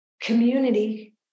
community